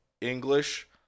English